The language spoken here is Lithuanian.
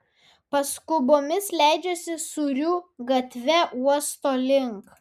paskubomis leidžiuosi sūrių gatve uosto link